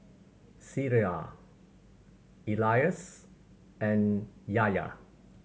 Syirah Elyas and Yahya